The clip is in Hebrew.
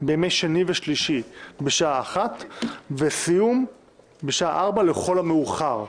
בימי שני ושלישי לשעה 13 וסיום בשעה 16 לכל המאוחר.